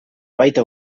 baita